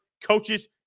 coaches